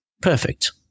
Perfect